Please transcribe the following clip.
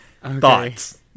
Thoughts